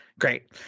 Great